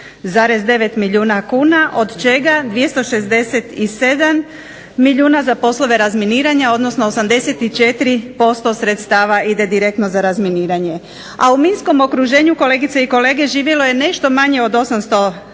317,9 milijuna kuna, od čega 267 milijuna za poslove razminiranja, odnosno 84% sredstva ide direktno za razminiranje. A u minskom okruženju kolegice i kolege živjelo je nešto manje od 800 tisuća